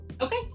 Okay